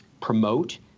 promote